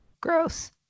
gross